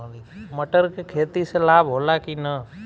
मटर के खेती से लाभ होला कि न?